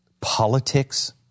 politics